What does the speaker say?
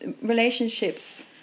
relationships